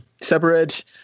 separate